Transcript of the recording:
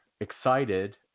excited